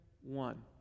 one